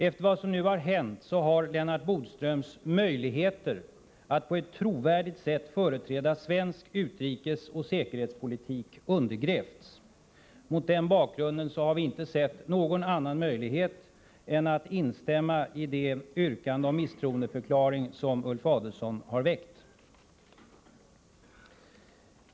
Efter vad som nu hänt har Lennart Bodströms möjligheter att på ett trovärdigt sätt företräda svensk utrikesoch säkerhetspolitik undergrävts. Mot den bakgrunden har vi inte sett någon annan möjlighet än att instämma i det yrkande om misstroendeförklaring som Ulf Adelsohn har väckt.